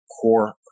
core